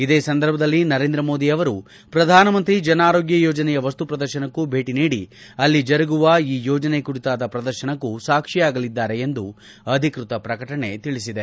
ಇದೇ ಸಂದರ್ಭದಲ್ಲಿ ನರೇಂದ್ರ ಮೋದಿ ಅವರು ಪ್ರಧಾನಮಂತ್ರಿ ಜನ ಆರೋಗ್ಯ ಯೋಜನೆಯ ವಸ್ತು ಪ್ರದರ್ಶನಕ್ಕೂ ಭೇಟಿ ನೀಡಿ ಅಲ್ಲಿ ಜರುಗುವ ಈ ಯೋಜನೆಯ ಕುರಿತಾದ ಪ್ರದರ್ಶನಕ್ಕೂ ಸಾಕ್ಷಿಯಾಗಲಿದ್ದಾರೆ ಎಂದು ಅಧಿಕೃತ ಪ್ರಕಟಣೆ ತಿಳಿಸಿದೆ